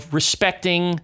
respecting